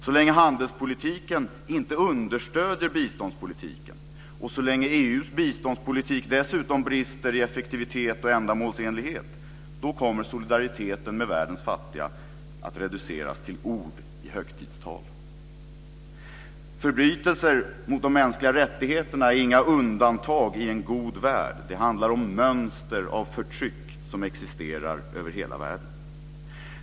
Så länge handelspolitiken inte understöder biståndspolitiken och så länge EU:s biståndspolitik dessutom brister i effektivitet och ändamålsenlighet kommer solidariteten med världens fattiga att reduceras till ord i högtidstal. Förbrytelser mot de mänskliga rättigheterna är inga undantag i en god värld. Det handlar om mönster av förtryck som existerar över hela världen.